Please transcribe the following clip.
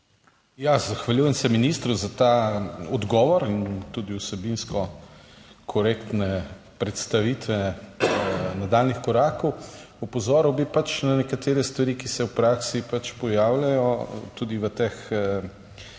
Zahvaljujem se ministru za ta odgovor in tudi vsebinsko korektne predstavitve nadaljnjih korakov. Opozoril bi na nekatere stvari, ki se v praksi pojavljajo, tudi v teh pravilnikih